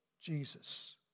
Jesus